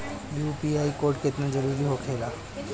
UPI code केतना जरुरी होखेला?